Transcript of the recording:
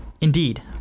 Indeed